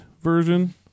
version